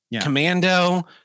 Commando